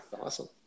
Awesome